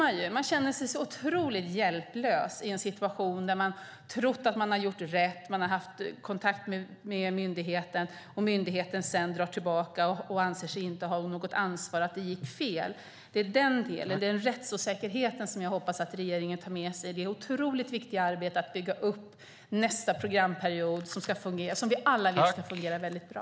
Man känner sig så otroligt hjälplös i en situation där man tror att man har gjort rätt, har haft kontakt med myndigheten och myndigheten sedan anser sig inte ha något ansvar för att det gick fel. Det är den rättsosäkerheten som jag hoppas att regeringen tar med sig. Det är ett otroligt viktigt arbete att bygga upp nästa programperiod som vi alla vill ska fungera väldigt bra.